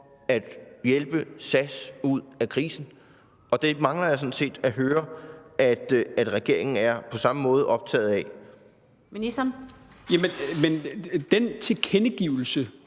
at hjælpe SAS ud af krisen. Og det mangler jeg sådan set at høre at regeringen på samme måde er optaget af. Kl. 16:49 Den fg. formand (Annette